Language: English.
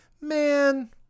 man